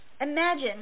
imagine